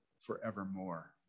forevermore